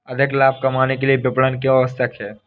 अधिक लाभ कमाने के लिए विपणन क्यो आवश्यक है?